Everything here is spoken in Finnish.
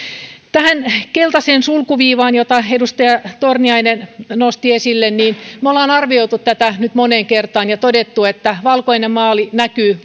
tähän keltaiseen sulkuviivaan jota edustaja torniainen nosti esille me olemme arvioineet tätä nyt moneen kertaan ja todenneet että valkoinen maali näkyy